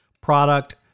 product